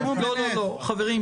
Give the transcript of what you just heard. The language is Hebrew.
זה לא מתאים.